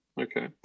Okay